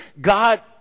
God